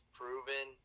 proven